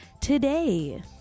today